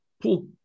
pull